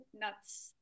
nuts